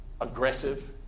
aggressive